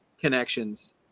connections